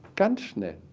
ganz schnell.